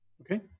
Okay